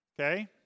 okay